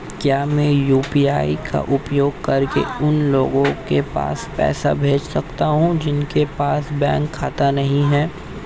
क्या मैं यू.पी.आई का उपयोग करके उन लोगों के पास पैसे भेज सकती हूँ जिनके पास बैंक खाता नहीं है?